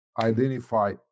identify